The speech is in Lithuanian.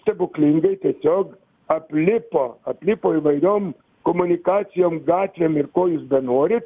stebuklingai tiesiog aplipo aplipo įvairiom komunikacijom gatvėm ir ko jūs benorit